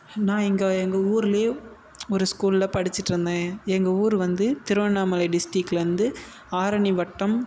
நான் இங்கே எங்கள் ஊர்லேயே ஒரு ஸ்கூலில் படிச்சுட்ருந்தேன் எங்கள் ஊர் வந்து திருவண்ணாமலை டிஸ்ட்ரிக்ட்லேருந்து ஆரணி வட்டம்